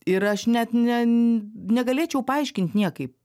ir aš net ne negalėčiau paaiškint niekaip